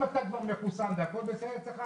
אם אתה כבר מחוסן, והכול בסדר אצלך.